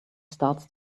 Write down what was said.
starts